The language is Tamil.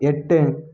எட்டு